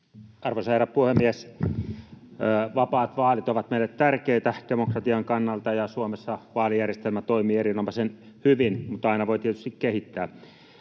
Arvoisa herra puhemies! Vapaat vaalit ovat meille tärkeitä demokratian kannalta, ja Suomessa vaalijärjestelmä toimii erinomaisen hyvin, mutta aina voi tietysti kehittää.